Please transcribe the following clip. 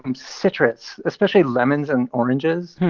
um citrus, especially lemons and oranges.